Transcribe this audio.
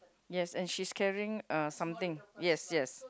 yes and she's carrying uh something yes yes